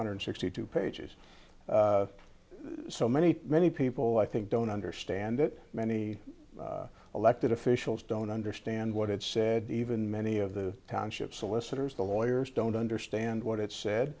hundred sixty two pages so many many people i think don't understand that many elected officials don't understand what it said even many of the township solicitors the lawyers don't understand what it said